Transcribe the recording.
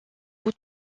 vous